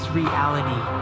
reality